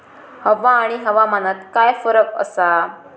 हवा आणि हवामानात काय फरक असा?